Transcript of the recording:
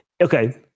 Okay